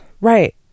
Right